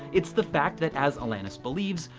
it's the fact that, as alanis believes,